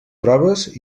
proves